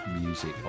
music